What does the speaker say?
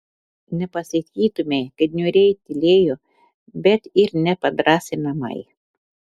nepasakytumei kad niūriai tylėjo bet ir ne padrąsinamai